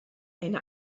eine